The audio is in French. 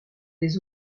les